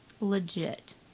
legit